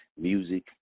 music